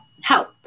help